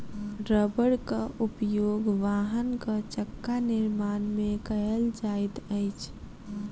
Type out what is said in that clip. रबड़क उपयोग वाहनक चक्का निर्माण में कयल जाइत अछि